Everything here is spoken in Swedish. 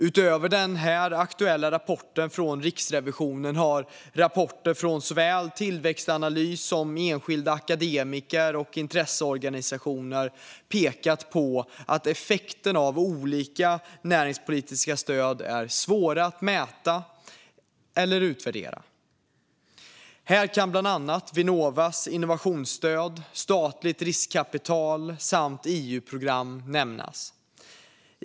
Utöver den här aktuella rapporten från Riksrevisionen har rapporter från såväl Tillväxtanalys som enskilda akademiker och intresseorganisationer pekat på att effekten av olika offentliga näringspolitiska stöd är svår att mäta och utvärdera. Här kan bland annat Vinnovas innovationsstöd, statligt riskkapital samt EU-program nämnas.